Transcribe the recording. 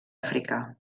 africà